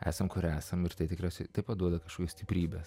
esam kur esam ir tai tikras taip pat duoda kažkokios stiprybės